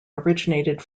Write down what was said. originated